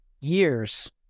years